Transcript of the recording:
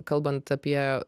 kalbant apie